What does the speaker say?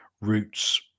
roots